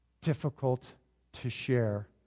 difficult-to-share